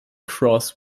cross